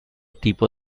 tipo